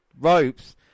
ropes